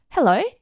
Hello